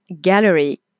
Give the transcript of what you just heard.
gallery